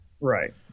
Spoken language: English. Right